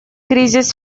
кризис